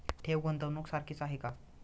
ठेव, गुंतवणूक सारखीच आहे का?